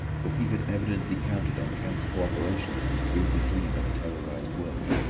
for he had evidently counted on kemp's co-operation in his brutal dream of a terrorised world.